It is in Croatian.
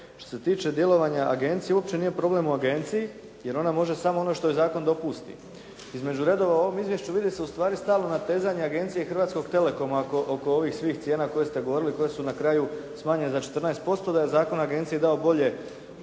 što se tiče djelovanja agencije, uopće nije problem u agenciji jer ona može samo ono što joj zakon dopusti. Između redova u ovom izvješću vide se ustvari stalna natezanja agencije i Hrvatskog telekoma oko ovih svih cijena koje ste govorili, koje su na kraju smanjene za 14%. Da je zakon agenciji dao bolje